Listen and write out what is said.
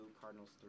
Cardinals